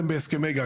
אתם בהסכמי גג.